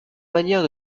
manière